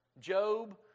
Job